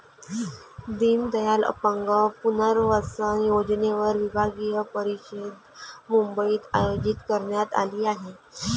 दीनदयाल अपंग पुनर्वसन योजनेवर विभागीय परिषद मुंबईत आयोजित करण्यात आली आहे